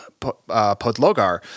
Podlogar